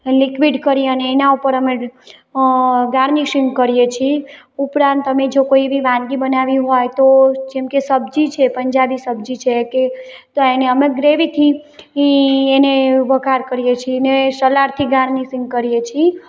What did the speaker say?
liquid કરી અને એના ઉપર અમે ગાર્નિશિંગ કરીએ છીએ ઉપરાંત અમે જો કોઈ એવી વાનગી બનાવી હોય તો જેમ કે સબ્જી છે પંજાબી સબ્જી છે કે તો એને અમે ગ્રેવીથી થી એને વઘાર કરીએ છીએ અને સલાડથી ગાર્નિશિંગ કરીએ છીએ